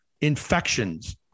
infections